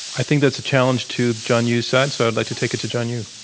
i think that's a challenge to john yoo's side, so i'd like to take it to john yoo.